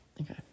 Okay